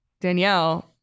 Danielle